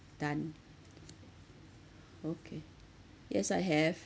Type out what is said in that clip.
done okay yes I have